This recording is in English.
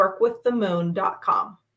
workwiththemoon.com